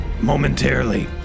momentarily